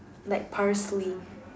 like parsley